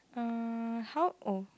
mm how oh